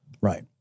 Right